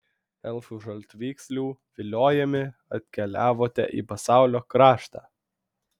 elfų žaltvykslių viliojami atkeliavote į pasaulio kraštą